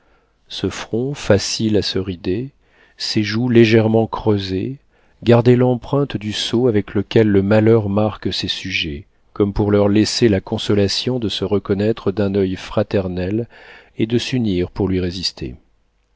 ce front facile à se rider ces joues légèrement creusées gardaient l'empreinte du sceau avec lequel le malheur marque ses sujets comme pour leur laisser la consolation de se reconnaître d'un oeil fraternel et de s'unir pour lui résister